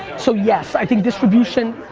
so yes, i think distribution,